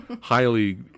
highly